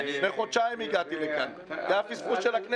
הגעתי לכאן לפני חודשיים.